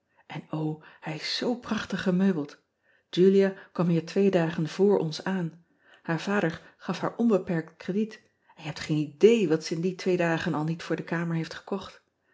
n o hij is zoo prachtig gemeubeld ulia kwam hier twee dagen vr ons aan aar vader gaf haar onbeperkt crediet en je hebt geen idee wat ze in die twee dagen al niet voor de kamer heeft gekocht